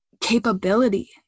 capability